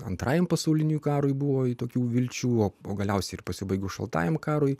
antrajam pasauliniam karui buvo tokių vilčių o galiausiai ir pasibaigus šaltajam karui